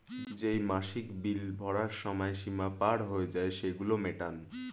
যেই মাসিক বিল ভরার সময় সীমা পার হয়ে যায়, সেগুলো মেটান